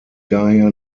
daher